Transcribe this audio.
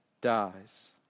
dies